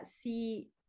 see